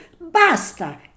Basta